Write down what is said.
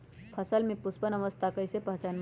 फसल में पुष्पन अवस्था कईसे पहचान बई?